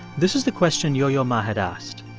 this is the question yo-yo ma had asked.